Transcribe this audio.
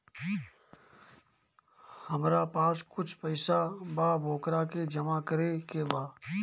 हमरा पास कुछ पईसा बा वोकरा के जमा करे के बा?